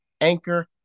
Anchor